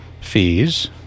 fees